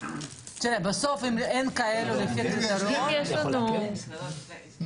תראה, בסוף אם אין כאלו לפי הקריטריונים, אם